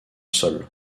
sol